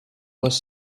was